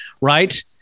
Right